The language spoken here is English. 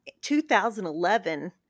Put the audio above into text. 2011